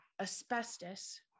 asbestos